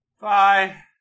Bye